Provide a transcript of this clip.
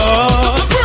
up